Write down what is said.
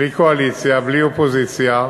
בלי קואליציה, בלי אופוזיציה,